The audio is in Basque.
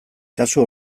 kasu